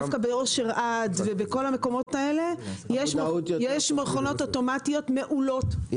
דווקא באושר עד ובכל המקומות האלה יש מכונות אוטומטיות מעולות,